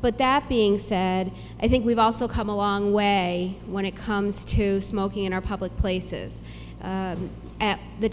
but that being said i think we've also come a long way when it comes to smoking in our public places at the